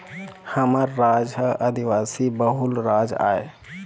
हमर राज ह आदिवासी बहुल राज आय